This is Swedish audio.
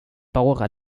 bara